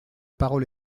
parole